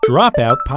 Dropout